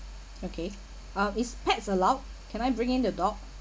okay uh is pets allowed can I bring in the dog